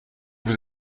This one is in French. vous